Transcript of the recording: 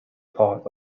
part